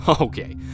Okay